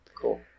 Cool